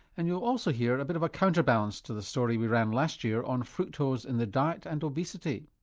and you'll also hear a bit of a counterbalance to the story we ran last year on fructose in the diet and obesity.